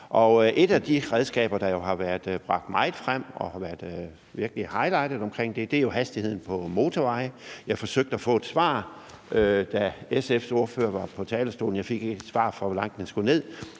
Et af de redskaber, der jo har været bragt meget frem, og som virkelig har været highlightet, er hastigheden på motorveje, og jeg forsøgte, da SF's ordfører var på talerstolen, at få et svar på, hvor langt den skulle ned.